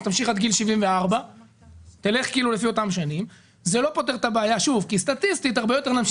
אז תמשיך עד 74. זה לא פותר את הבעיה כי סטטיסטית הרבה יותר נשים